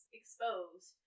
exposed